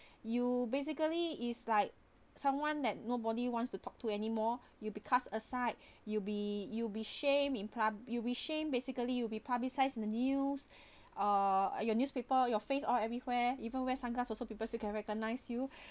you basically is like someone that nobody wants to talk to anymore you be cast aside you'll be you'll be shame in pub~ you be shamed basically you will be publicized in the news uh your newspaper your face or everywhere even wear sunglass also people you can recognize you